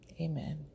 Amen